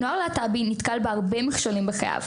נוער להט"בי נתקל בהרבה מכשולים בחייו.